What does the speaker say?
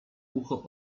ucho